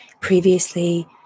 previously